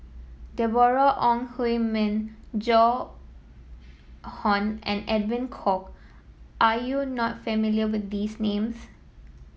Deborah Ong Hui Min Joan Hon and Edwin Koek are you not familiar with these names